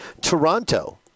Toronto